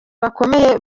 bakomeye